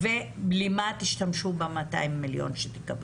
ולמה תשתמשו ב-200 מיליון שתקבלו?